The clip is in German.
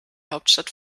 hauptstadt